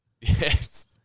Yes